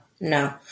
no